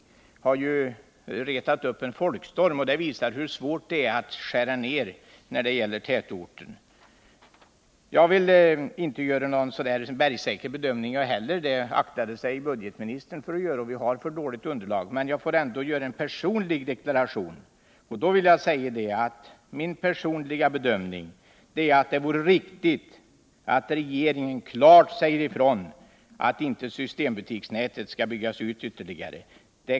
Detta har medfört att det blivit en folkstorm, och det visar hur svårt det är att skära ner antalet systembutiker i tätorter. Jag vill inte uttala någon tvärsäker bedömning av den här frågan — också budgetministern aktade sig för att göra det — för vi har ett otillräckligt underlag. Men jag vill ändå göra en personlig deklaration, och det är att det vore riktigt om regeringen klart sade ifrån att systembutiksnätet inte skall byggas ut ytterligare.